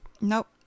Nope